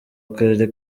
akarere